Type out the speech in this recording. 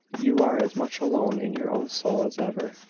you are as much alone in your own soul as ever,